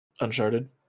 Uncharted